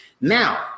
Now